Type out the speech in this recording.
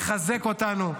מחזק אותנו,